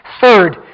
Third